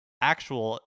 actual